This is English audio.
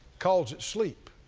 calls it sleep.